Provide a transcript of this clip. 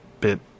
bit